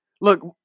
Look